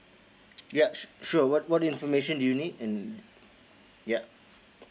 yup s~ sure what what information do you need and yup